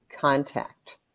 contact